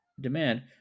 demand